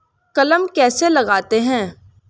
कलम कैसे लगाते हैं?